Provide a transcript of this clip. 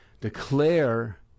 Declare